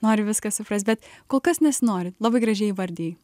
nori viską suprast bet kol kas nesinori labai gražiai įvardijai